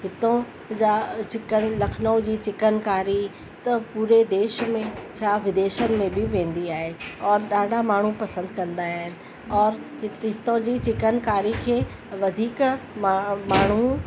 हितां जा चिकन लखनऊ जी चिकनकारी त पूरे देश में छा विदेशनि में बि वेंदी आहे औरि ॾाढा माण्हू पसंदि कंदा आहिनि औरि हित हितां जी चिकनकारी खे वधीक म माण्हू